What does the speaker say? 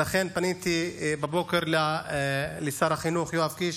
ולכן פניתי בבוקר לשר החינוך יואב קיש